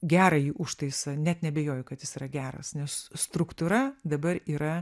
gerąjį užtaisą net neabejoju kad jis yra geras nes struktūra dabar yra